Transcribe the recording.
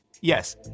yes